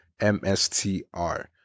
MSTR